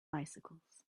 bicycles